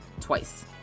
twice